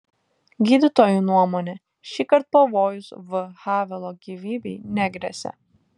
gydytojų nuomone šįkart pavojus v havelo gyvybei negresia